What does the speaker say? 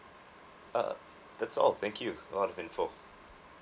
uh that's all thank you a lot of info